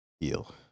feel